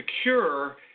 secure